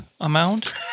amount